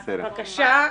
בבקשה.